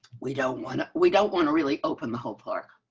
we don't want. we don't want to really open the whole park.